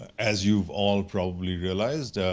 as you've all probably realized,